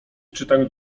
czytaniu